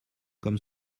comme